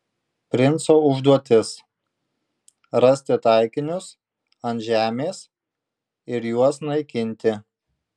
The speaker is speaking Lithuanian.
princo užduotis rasti taikinius ant žemės ir juos naikinti